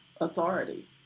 authority